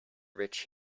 rich